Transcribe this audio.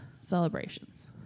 celebrations